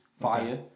fire